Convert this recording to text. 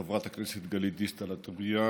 חברת הכנסת גלית דיסטל אטבריאן,